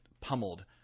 pummeled